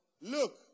Look